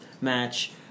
match